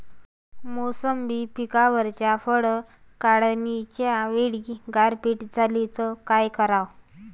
मोसंबी पिकावरच्या फळं काढनीच्या वेळी गारपीट झाली त काय कराव?